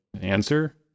Answer